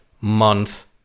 month